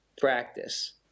practice